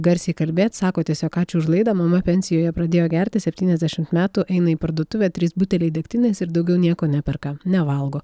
garsiai kalbėt sako tiesiog ačiū už laidą mama pensijoje pradėjo gerti septyniasdešim metų eina į parduotuvę trys buteliai degtinės ir daugiau nieko neperka nevalgo